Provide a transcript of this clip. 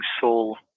soul